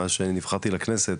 מאז שנכנסתי לכנסת,